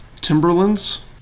Timberland's